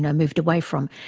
and moved away from.